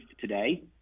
today